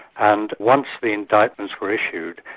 and once the indictments were issued,